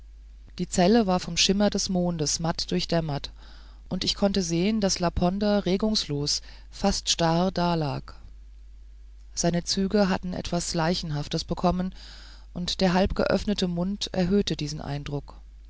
die zelle war vom schimmer des mondes matt durchdämmert und ich konnte sehen daß laponder regungslos fast starr dalag seine züge hatten etwas leichenhaftes bekommen und der halbgeöffnete mund erhöhte diesen eindruck